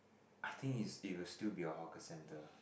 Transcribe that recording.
I think it's it will still be a hawker centre